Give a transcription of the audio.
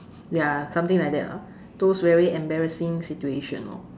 ya something like that lah those very embarrassing situation lor